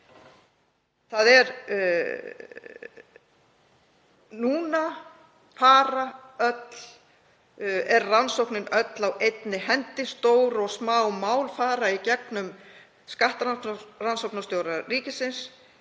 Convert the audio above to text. stöðum? Núna er rannsóknin öll á einni hendi, stór og smá mál fara í gegnum skattrannsóknarstjóra ríkisins,